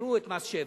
שהעלו מס שבח,